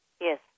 Yes